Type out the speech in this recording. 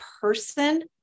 person